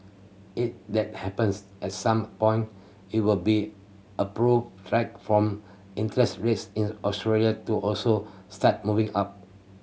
it that happens at some point it will be form interest rates in Australia to also start moving up